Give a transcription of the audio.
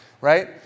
right